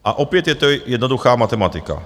A opět je to jednoduchá matematika.